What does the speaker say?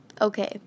okay